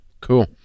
cool